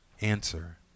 answer